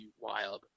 wild